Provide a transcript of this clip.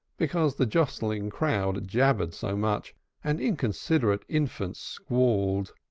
because the jostling crowd jabbered so much and inconsiderate infants squalled,